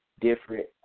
different